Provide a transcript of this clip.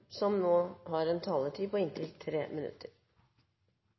som nå har en taletid på inntil 10 minutter.